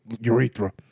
urethra